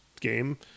game